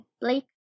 blake